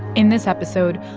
in this episode,